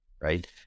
Right